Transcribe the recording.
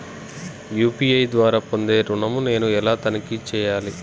UPI ద్వారా పొందే ఋణం నేను ఎలా తనిఖీ చేయాలి?